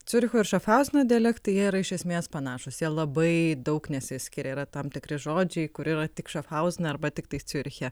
ciuricho ir šafhauzeno dialektai jie yra iš esmės panašūs jie labai daug nesiskiria yra tam tikri žodžiai kurie yra tik šafhauzene arba tiktais ciuriche